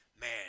man